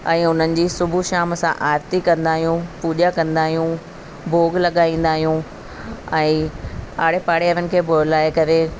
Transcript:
ऐं उन्हनि जी सुबुह शाम असां आरती कंदा आहियूं पूॼा कंदा आहियूं भोॻु लॻाईंदा आहियूं ऐं आड़े पाड़े वारनि खे बुलाए करे